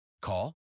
Call